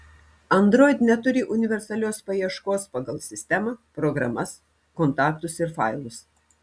android neturi universalios paieškos pagal sistemą programas kontaktus ir failus